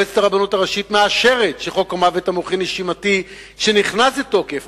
מועצת הרבנות מאשרת שחוק המוות המוחי-נשימתי שנכנס לתוקף